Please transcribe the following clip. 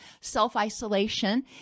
self-isolation